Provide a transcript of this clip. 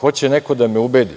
Hoće neko da me ubedi